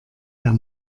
der